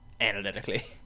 analytically